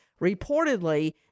reportedly